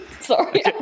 Sorry